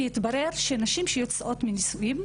כי התברר שנשים שיוצאות מנישואין,